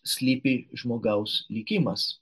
slypi žmogaus likimas